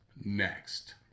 next